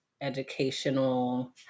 educational